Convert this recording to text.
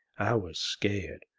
i was scared,